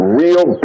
real